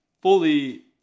fully